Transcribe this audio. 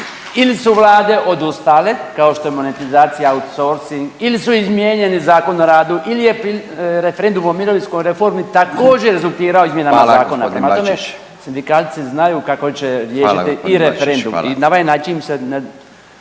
ili su Vlade odustale kao što je monetizacija, outsourcing ili su izmijenili Zakon o radu ili je referendum o mirovinskoj reformi također rezultirao izmjenama zakona. …/Upadica Radin: Hvala gospodin Bačić./… Prema tome, sindikalci znaju kako će riješiti … …/Upadica Radin: Hvala gospodine Bačić./…